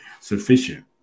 sufficient